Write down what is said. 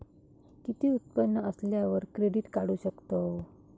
किती उत्पन्न असल्यावर क्रेडीट काढू शकतव?